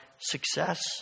success